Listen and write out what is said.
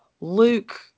Luke